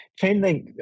Chainlink